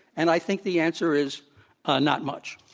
and i think the answer is not much.